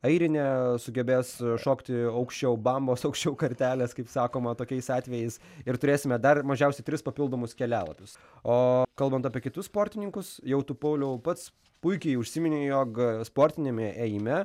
airinė sugebės šokti aukščiau bambos aukščiau kartelės kaip sakoma tokiais atvejais ir turėsime dar mažiausiai tris papildomus kelialapius o kalbant apie kitus sportininkus jau tu pauliau pats puikiai užsiminei jog sportiniame ėjime